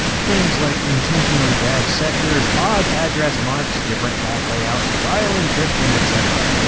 things like intentionally bad sectors, odd address marks, different track layouts, file encryption, etc.